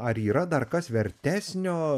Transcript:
ar yra dar kas vertesnio